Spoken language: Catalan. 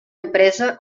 empresa